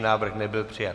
Návrh nebyl přijat.